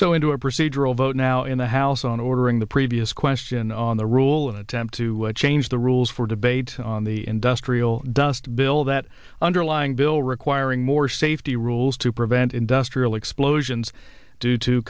so into a procedural vote now in the house on ordering the previous question on the rule an attempt to change the rules for debate on the industrial dust bill that underlying bill requiring more safety rules to prevent industrial explosions due to